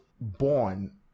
born